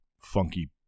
funky